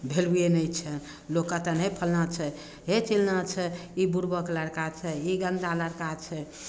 भेलुए नहि छनि लोक कऽ तऽ नहि फल्लाँ छै हे चिलाँ छै ई बुड़बक लड़का छै ई गन्दा लड़का छै